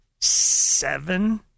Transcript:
Seven